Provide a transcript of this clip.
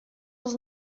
was